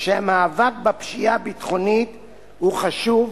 שהמאבק בפשיעה הביטחונית הוא חשוב,